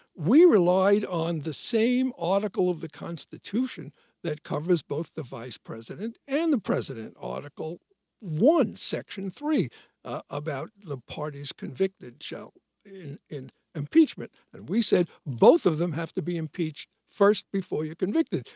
we relied on the same article of the constitution that covers both the vice president and the president, article one, section three about the parties convicted shall in in impeachment. and we said, both of them have to be impeached first before you're convicted.